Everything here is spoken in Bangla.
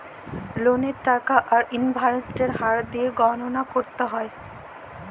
ললের টাকা আর ইলটারেস্টের হার দিঁয়ে গললা ক্যরতে হ্যয়